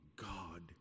God